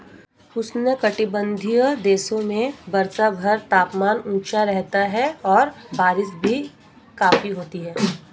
उष्णकटिबंधीय देशों में वर्षभर तापमान ऊंचा रहता है और बारिश भी काफी होती है